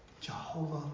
Jehovah